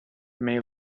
may